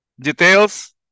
details